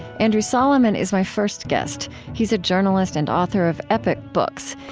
andrew solomon is my first guest he's a journalist and author of epic books.